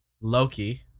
Loki